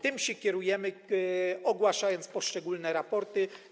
Tym się kierujemy, ogłaszając poszczególne raporty.